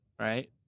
right